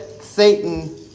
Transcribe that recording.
Satan